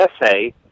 essay